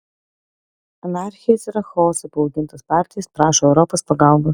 anarchijos ir chaoso įbaugintos partijos prašo europos pagalbos